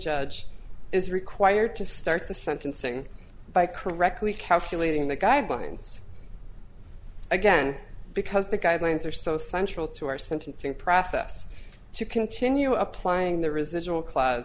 judge is required to start the sentencing by correctly calculating the guidelines again because the guidelines are so central to our sentencing process to continue applying the residual cl